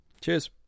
Cheers